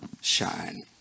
shine